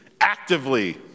actively